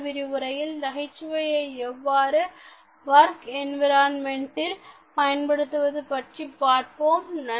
அடுத்த விரிவுரையில் நகைச்சுவையை எவ்வாறு வொர்க் என்விரான்மென்டில் பயன்படுத்துவது என்பது பற்றி பார்ப்போம்